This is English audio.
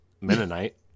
Mennonite